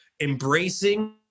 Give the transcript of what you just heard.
embracing